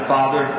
Father